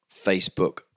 Facebook